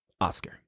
Oscar